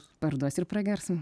parduos ir pragers